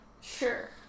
Sure